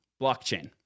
blockchain